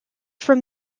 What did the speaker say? from